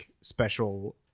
special